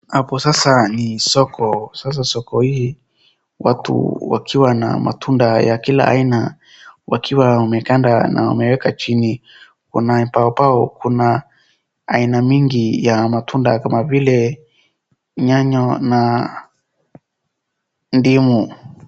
Hapo sasa ni soko, sasa soko hii, watu wakiwa na matunda ya kila aina, wakiwa wamekanda na wameweka chini, kwenye ubaobao ,kuna aina mingi ya matunda kama vile; nyanya na ndimu.